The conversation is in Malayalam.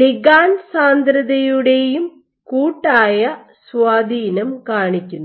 ലിഗാണ്ട് സാന്ദ്രതയുടെയും കൂട്ടായ സ്വാധീനം കാണിക്കുന്നു